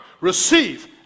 receive